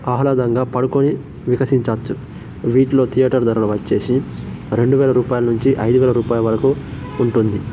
ఆహ్లాదంగా పడుకొని వికసించచ్చు వీటిలో థియేటర్ ధరలు వచ్చేసి రెండు వేల రూపాయల నుంచి ఐదు వేల రూపాయల వరకు ఉంటుంది